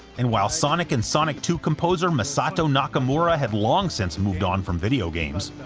and while sonic and sonic two composer masato nakamura had long since moved on from video games,